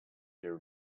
their